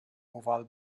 ofal